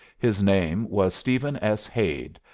his name was stephen s. hade,